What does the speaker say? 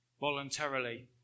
voluntarily